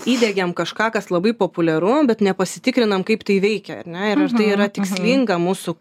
įdiegiam kažką kas labai populiaru bet nepasitikrinam kaip tai veikia ar ne ir ar tai yra tikslinga mūsų